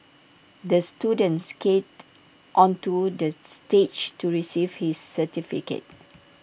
the student skated onto the stage to receive his certificate